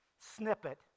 snippet